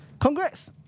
congrats